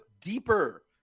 deeper